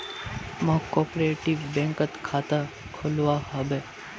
मौक कॉपरेटिव बैंकत खाता खोलवा हबे